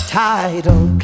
title